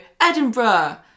Edinburgh